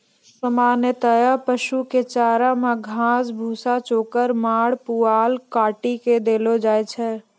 सामान्यतया पशु कॅ चारा मॅ घास, भूसा, चोकर, माड़, पुआल काटी कॅ देलो जाय छै